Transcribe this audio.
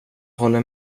håller